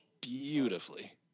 beautifully